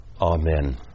Amen